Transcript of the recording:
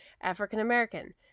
African-American